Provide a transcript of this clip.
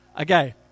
Okay